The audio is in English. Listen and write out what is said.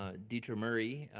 ah diedra murray,